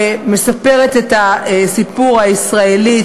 ומספרת את הסיפור הישראלי,